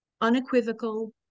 unequivocal